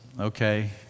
okay